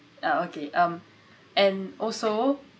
uh okay um and also